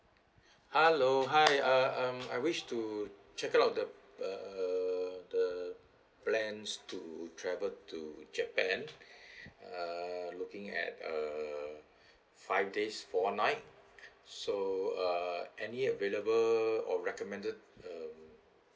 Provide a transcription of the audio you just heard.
hello hi uh um I wish to check out the uh uh the plans to travel to japan uh looking at a five days four nights so uh any available or recommended um